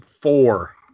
four